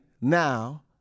now